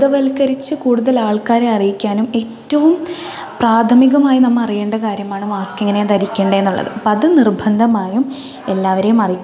കൂടുതൽ ആൾക്കാരെ അറിയിക്കാനും ഏറ്റവും പ്രാഥമികമായി നമ്മൾ അറിയേണ്ട കാര്യമാണ് മാസ്ക് എങ്ങനെയാ ധരിക്കേണ്ടത് എന്നുള്ളത് അപ്പോൾ അത് നിർബന്ധമായും എല്ലാവരെയും അറിയിക്കുക